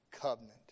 covenant